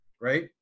right